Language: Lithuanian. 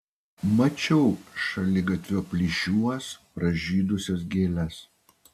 mačiau šaligatvio plyšiuos pražydusias gėles